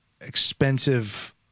expensive